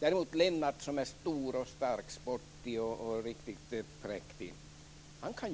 Däremot kan Lennart, som är stor och stark, sportig och riktigt präktig, göra det.